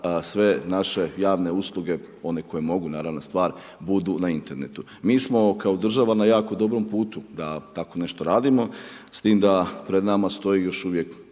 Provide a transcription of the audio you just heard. sve naše javne usluge one koji mogu, naravna stvar, budu na internetu. Mi smo kao država na jako dobrom putu da tako nešto radimo s tim da pred nama stoji još uvijek